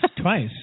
twice